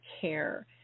care